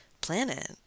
planet